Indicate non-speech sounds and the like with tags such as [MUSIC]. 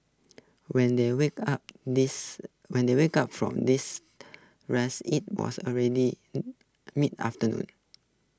when they woke up these when they woke up from these rest IT was already [UNINTELLIGIBLE] mid afternoon